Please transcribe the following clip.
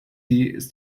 ist